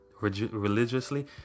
religiously